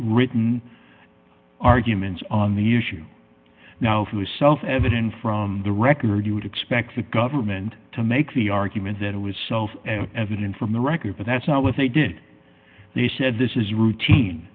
written arguments on the issue now who is self evident from the record you would expect the government to make the argument that it was self evident from the record but that's not what they did they said this is routine